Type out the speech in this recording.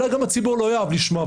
אולי גם הציבור לא יאהב לשמוע,